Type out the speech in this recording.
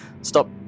stop